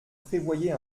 prévoyez